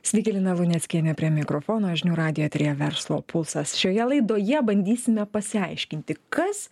sveiki lina luneckienė prie mikrofono žinių radijo eteryje verslo pulsas šioje laidoje bandysime pasiaiškinti kas